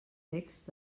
text